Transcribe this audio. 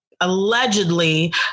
allegedly